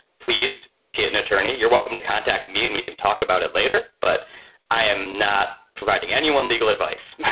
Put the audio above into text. please get an attorney you're welcome to contact me and we can talk about it later, but i am not providing anyone legal advice.